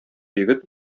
егет